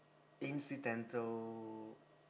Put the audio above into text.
incidental